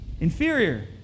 Inferior